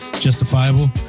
justifiable